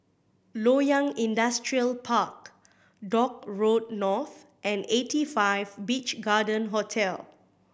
Loyang Industrial Park Dock Road North and Eighty Five Beach Garden Hotel